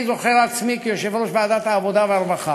אני זוכר את עצמי כיושב-ראש ועדת העבודה והרווחה,